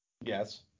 Yes